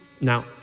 Now